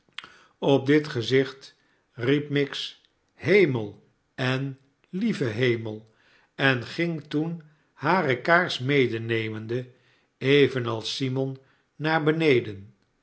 op dit gezicht riep miggs hemel en lieve hemel en ging toen hare kaars medenemende evenals simon naar beneden